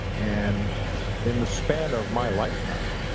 and in the span of my lifetime,